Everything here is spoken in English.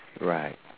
Right